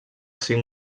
cinc